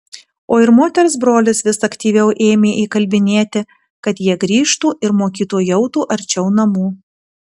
o ir moters brolis vis aktyviau ėmė įkalbinėti kad jie grįžtų ir mokytojautų arčiau namų